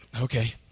Okay